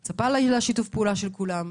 אני מצפה לשיתוף הפעולה של כולם.